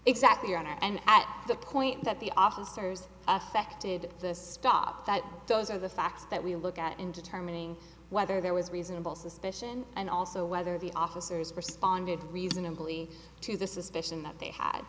exactly your honor and at the point that the officers affected the stop that those are the facts that we look at in determining whether there was reasonable suspicion and also whether the officers responded reasonably to the suspicion that they had